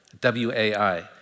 W-A-I